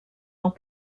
ans